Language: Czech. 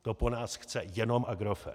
To po nás chce jenom Agrofert.